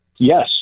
Yes